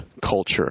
culture